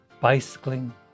bicycling